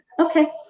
Okay